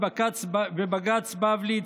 בבג"ץ בבלי,